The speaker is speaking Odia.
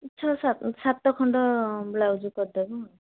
ଛଅ ସାତ ସାତ ଖଣ୍ଡ ବ୍ଲାଉଜ୍ କରିଦେବ